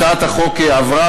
הצעת החוק עברה,